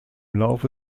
laufe